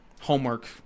homework